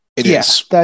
Yes